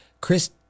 Chris